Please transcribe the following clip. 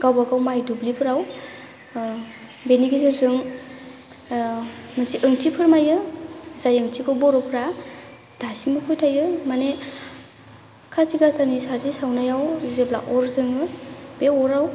गावबागाव माइ दुब्लिफोराव बेनि गेजेरजों मोनसे ओंथि फोरमायो जाय ओंथिखौ बर'फोरा दासिमबो फोथायो माने खाथि गासानि साथि सावनायाव जेब्ला अर जोङो बे अराव